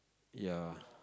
ya